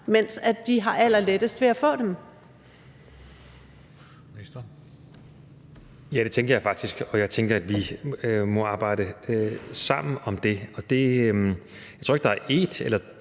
og ældreministeren (Magnus Heunicke): Ja, det tænker jeg faktisk. Og jeg tænker, at vi må arbejde sammen om det. Jeg tror ikke, at der her er tale